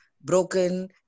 broken